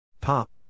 Pop